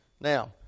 Now